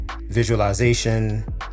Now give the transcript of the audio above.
visualization